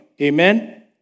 Amen